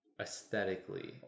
aesthetically